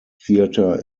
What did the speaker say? theatre